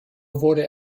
wurde